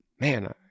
Man